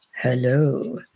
hello